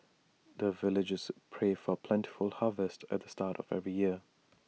the villagers pray for plentiful harvest at the start of every year